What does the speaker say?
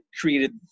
created